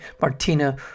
Martina